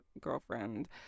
girlfriend